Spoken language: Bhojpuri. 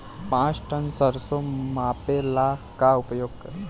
पाँच टन सरसो मापे ला का उपयोग करी?